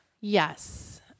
yes